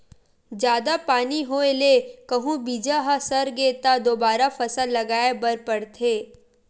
जादा पानी होए ले कहूं बीजा ह सरगे त दोबारा फसल लगाए बर परथे